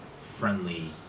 friendly